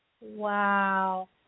Wow